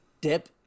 dip